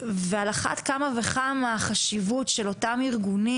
על אחת כמה וכמה חשיבותם של אותם ארגונים